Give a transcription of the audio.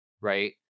right